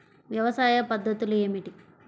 వ్యవసాయ పద్ధతులు ఏమిటి?